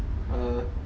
err